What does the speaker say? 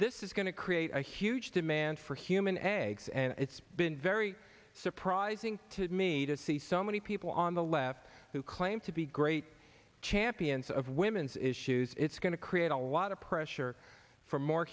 this is going to create a huge demand for human eggs and it's been very surprising to me to see so many people on the left who claim to be great champions of women's issues it's going to create a lot of pressure for more